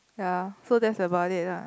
ya so that's about it lah